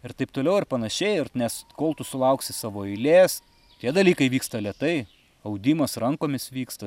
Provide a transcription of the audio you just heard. ir taip toliau ir panašiai ir nes kol tu sulauksi savo eilės tie dalykai vyksta lėtai audimas rankomis vyksta